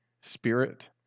spirit